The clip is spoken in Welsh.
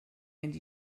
fynd